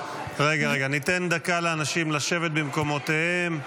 רגע, ניתן דקה לאנשים לשבת במקומותיהם.